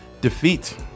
defeat